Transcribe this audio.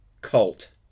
cult